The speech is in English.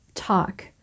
talk